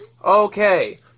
Okay